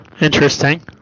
Interesting